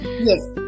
yes